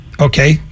Okay